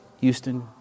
Houston